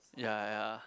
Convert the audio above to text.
ya ya